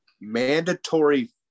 mandatory